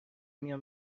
میام